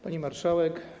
Pani Marszałek!